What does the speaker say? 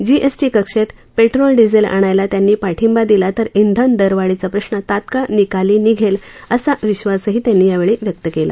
GST कक्षेत petrol diesel आणायला त्यांनी पाठिंबा दिला तर इंधन दरवाढीचा प्रश्न तात्काळ निकाली निघेल असा विधासही त्यांनी यावेळी व्यक्त केला